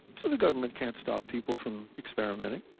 so the government can't stop people from experimenting.